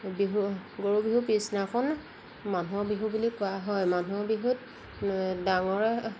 বিহু গৰু বিহুৰ পিছদিনাখন মানুহৰ বিহু বুলি কোৱা হয় মানুহৰ বিহুত ডাঙৰে